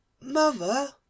mother